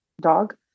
dog